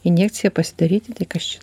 injekciją pasidarytitai kas čia